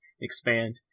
expand